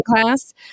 class